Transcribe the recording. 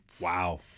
Wow